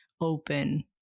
open